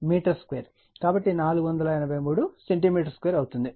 కాబట్టి 483 సెంటీమీటర్ 2 అవుతుంది